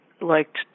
liked